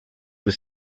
was